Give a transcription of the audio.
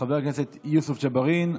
חבר הכנסת יוסף ג'בארין,